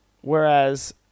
whereas